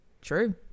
True